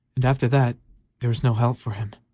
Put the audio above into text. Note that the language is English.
and after that there was no help for him.